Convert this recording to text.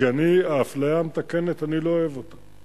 כי אני, אפליה מתקנת, אני לא אוהב אותה.